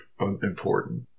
important